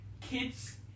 kids